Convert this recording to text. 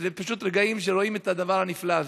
אלו פשוט רגעים שבהם רואים את הדבר הנפלא הזה.